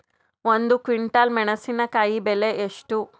ಒಂದು ಕ್ವಿಂಟಾಲ್ ಮೆಣಸಿನಕಾಯಿ ಬೆಲೆ ಎಷ್ಟು?